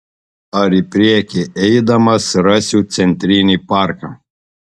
ar į priekį eidamas rasiu centrinį parką